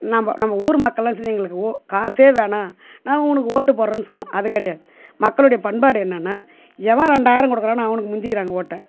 நம்ம நம்ம ஊர் மக்கள்லாம் சேந்து எங்களுக்கு ஓ காசே வேணாம் நாங்கள் உனக்கு ஓட்டு போடுறோன்னு சொல்லணும் அது கிடையாது மக்களோடைய பண்பாடு என்னென்னா எவன் ரெண்டாயிரம் கொடுக்கறானோ அவனுக்கு முந்திக்கிறாங்க ஓட்டை